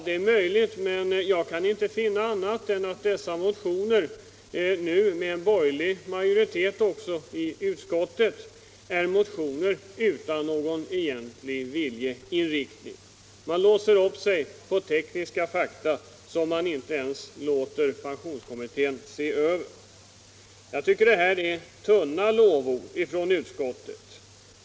Det är möjligt, men jag kan inte finna annat än att dessa motioner nu med en borgerlig majoritet också i utskottet är motioner utan någon egentlig viljeinriktning. Man låser upp sig på tekniska fakta som man inte ens låter pensionskommittén se över. Jag tycker att det här är tunna löften från utskottet.